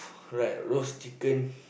crack roast chicken